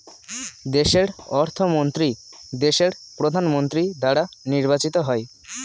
দেশের অর্থমন্ত্রী দেশের প্রধানমন্ত্রী দ্বারা নির্বাচিত হয়